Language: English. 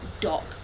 dock